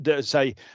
say